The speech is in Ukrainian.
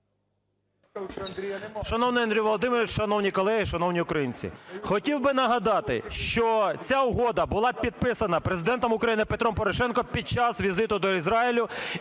Шановний Андрій Володимировичу! Шановні колеги! Шановні українці! Хотів би нагадати, що ця угода була підписана Президентом України Петром Порошенком під час візиту до Ізраїлю,